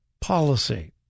policy